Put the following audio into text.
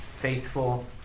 faithful